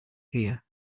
here